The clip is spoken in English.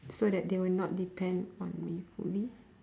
so that they will not depend on me fully